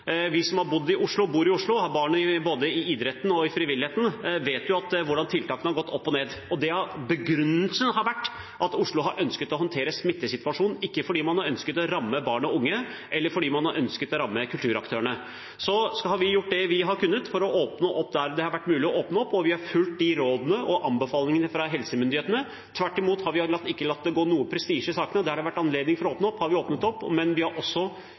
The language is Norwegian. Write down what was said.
Vi som har bodd og bor i Oslo og har barn innen både idretten og frivilligheten, vet jo hvordan tiltakene har gått opp og ned. Begrunnelsen har vært at Oslo har ønsket å håndtere smittesituasjonen, ikke at man har ønsket å ramme barn og unge, eller at man har ønsket å ramme kulturaktørene. Vi har gjort det vi har kunnet for å åpne opp der det har vært mulig å åpne opp, og vi har fulgt rådene og anbefalingene fra helsemyndighetene. Vi har ikke latt det gå noe prestisje i sakene, og der det har vært anledning til å åpne opp, har vi åpnet opp. Men vi har også